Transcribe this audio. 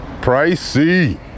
Pricey